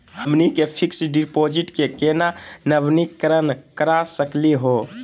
हमनी के fix deposit क केना नवीनीकरण करा सकली हो?